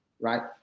right